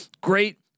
Great